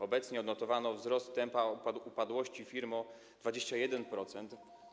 Obecnie odnotowano wzrost tempa upadłości firm o 21%.